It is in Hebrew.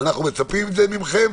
ואנחנו מצפים לזה מכם.